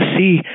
see